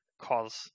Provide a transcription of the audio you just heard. cause